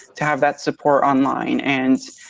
to have that support online and